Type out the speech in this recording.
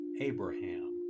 Abraham